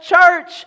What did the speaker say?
church